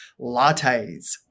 lattes